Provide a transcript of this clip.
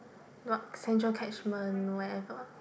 what central catchment wherever